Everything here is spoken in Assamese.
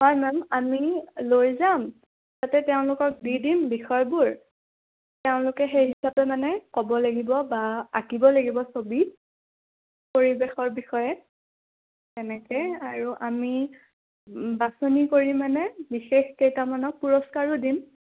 হয় মেম আমি লৈ যাম তাতে তেওঁলোকক দি দিম বিষয়বোৰ তেওঁলোকে সেই হিচাপে মানে ক'ব লাগিব বা আঁকিব লাগিব ছবি পৰিৱেশৰ বিষয়ে তেনেকৈ আৰু আমি বাছনি কৰি মানে বিশেষ কেইটামানক পুৰস্কাৰো দিম